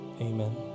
Amen